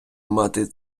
мати